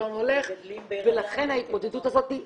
ולכן ההתמודדות הזאת,